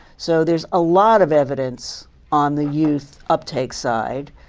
so there's a lot of evidence on the youth uptake side.